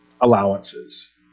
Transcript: allowances